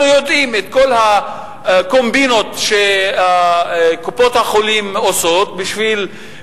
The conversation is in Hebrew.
אנחנו יודעים את כל הקומבינות שקופות-החולים עושות בשביל